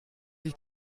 sich